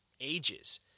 ages